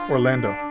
Orlando